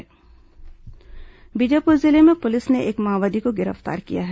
माओवादी घटना बीजापुर जिले में पुलिस ने एक माओवादी को गिरफ्तार किया है